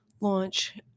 launch